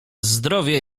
zdrowie